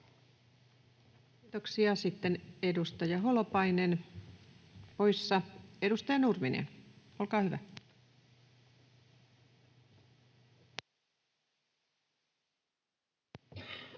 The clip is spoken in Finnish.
Kiitoksia. — Sitten edustaja Holopainen, poissa. — Edustaja Nurminen, olkaa hyvä. Arvoisa